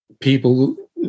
people